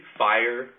fire